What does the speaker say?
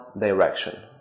direction